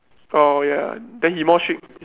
orh ya then he more strict